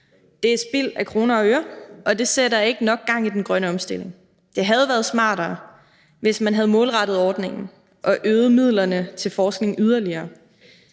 Det er spild af kroner og øre, og det sætter ikke nok gang i den grønne omstilling. Det havde været smartere, hvis man havde målrettet ordningen og øget midlerne til forskning yderligere.